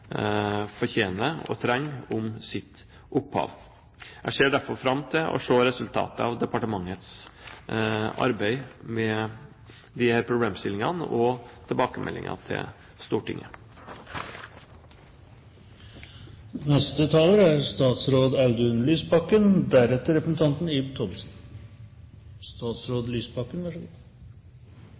fortjener og trenger om sitt opphav. Jeg ser derfor fram til å se resultatet av departementets arbeid med disse problemstillingene og tilbakemeldingen til